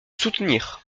soutenir